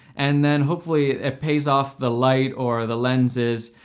and then hopefully it pays off the light, or the lenses,